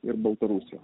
ir baltarusija